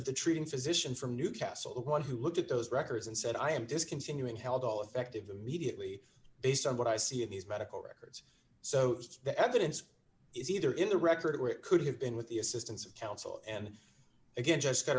the treating physician from newcastle the one who looked at those records and said i am discontinuing held all effective immediately based on what i see in these medical records so the evidence is either in the record or it could have been with the assistance of counsel and again just